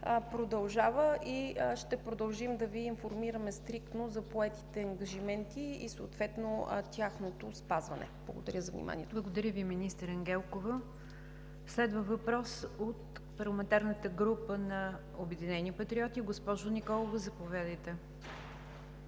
продължава. Ще продължим да Ви информираме стриктно за поетите ангажименти и съответно за тяхното спазване. Благодаря за вниманието. ПРЕДСЕДАТЕЛ НИГЯР ДЖАФЕР: Благодаря Ви, министър Ангелкова. Следва въпрос от парламентарната група на „Обединени патриоти“. Госпожо Николова, заповядайте.